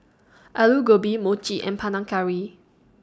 Alu Gobi Mochi and Panang Curry